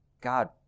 God